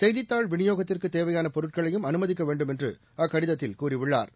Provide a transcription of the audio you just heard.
செய்தித்தாள் வினியோகத்திற்குதேவையானபொருட்களையும் அனுமதிக்கவேண்டும் என்றுஅக்கடிதத்தில் கூறியுள்ளாா்